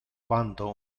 quando